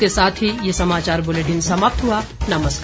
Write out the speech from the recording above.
इसके साथ ये समाचार बुलेटिन समाप्त हुआ नमस्कार